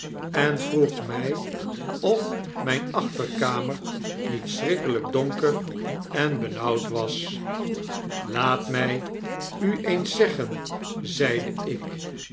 en vroeg mij of myne achterkamer niet schrikkelijk donker en benauwd was laat my u eens zeggen zeide ik